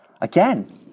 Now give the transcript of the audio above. Again